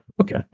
Okay